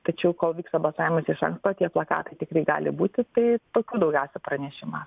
tačiau kol vyksta balsavimas iš anksto tie plakatai tikrai gali būti tai tokių daugiausia pranešimų